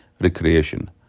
recreation